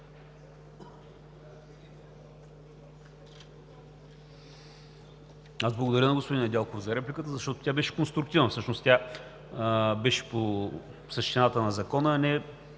Аз благодаря на господин Недялков за репликата, защото тя беше конструктивна, всъщност тя беше по същината на закона, а не